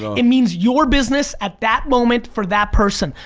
it means your business at that moment for that person.